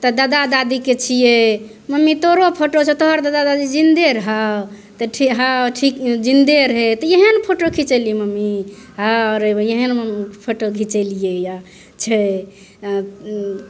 तऽ ददा दादीके छिए मम्मी तोहरो फोटो छौ तोहर ददा दादी जिन्दे रहौ तऽ हऽ ठिके जिन्दे रहै तऽ इएह ने फोटो खिचेलिए मम्मी हऽ रे इएह ने फोटो घिचेलिए यऽ छै अँ उँ